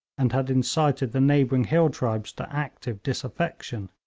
and had incited the neighbouring hill tribes to active disaffection.